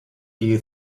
you